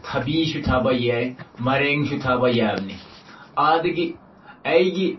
ꯊꯕꯤꯁꯨ ꯊꯥꯕ ꯌꯥꯏ ꯃꯥꯏꯔꯦꯟꯁꯨ ꯊꯥꯕ ꯌꯥꯕꯅꯤ ꯑꯗꯒꯤ ꯑꯩꯒꯤ